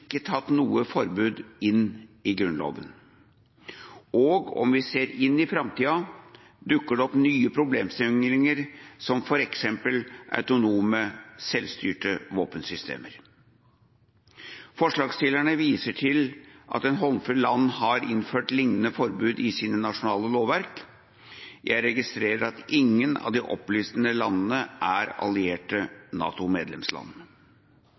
tatt noe forbud inn i Grunnloven. Og om vi ser inn i framtiden, dukker det opp nye problemstillinger, som f.eks. autonome, selvstyrende våpensystemer. Forslagsstillerne viser til at en håndfull land har innført lignende forbud i sine nasjonale lovverk. Jeg registrerer at ingen av de opplistede landene er allierte